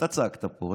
אתה צעקת פה.